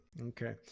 Okay